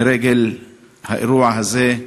לרגל האירוע הזה,